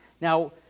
Now